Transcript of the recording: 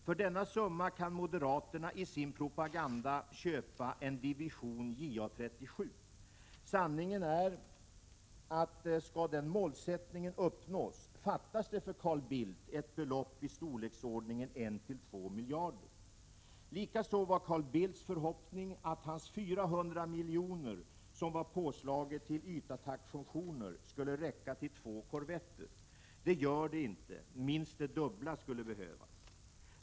För denna summa kan moderaterna i sin propaganda köpa en division JA 37. Sanningen är att skall det målet uppnås, fattas det för Carl Bildt ett belopp i storleksordningen 1—2 miljarder. Det var också Carl Bildts förhoppning att hans påslag till ytattackfunktioner, 400 milj.kr., skulle räcka till två korvetter. Det gör det inte. Minst det dubbla skulle behövas.